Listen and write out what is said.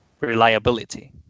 reliability